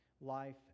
life